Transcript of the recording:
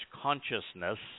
consciousness